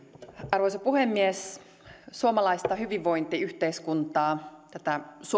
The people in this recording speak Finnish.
arvoisa puhemies suomalaista hyvinvointiyhteiskuntaa tätä suomalaista yhteiskuntamallia